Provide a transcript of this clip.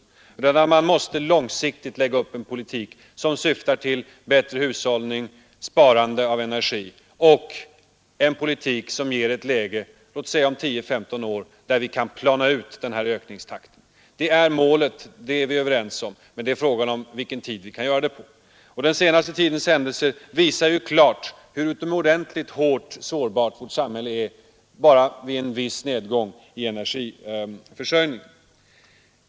I stället måste vi på lång sikt lägga upp ett program som syftar till bättre hushållning och sparsamhet med energin, en politik som låt oss säga om 10—15 år resulterar i att vi kan plana ut konsumtionen. Det är målet, det är vi överens om. Frågan är på vilken tid vi kan nå det. Den senaste tidens händelser visar klart hur utomordentligt sårbart vårt samhälle är bara vid en viss nedgång i energiförsörjningen.